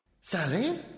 Sally